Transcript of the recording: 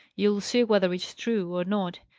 you'll see whether it's true or not,